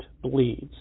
bleeds